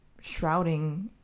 shrouding